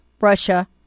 Russia